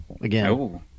again